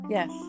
Yes